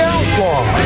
Outlaw